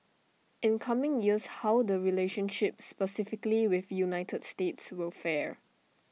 in coming years how the relationship specifically with united states will fare